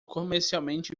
comercialmente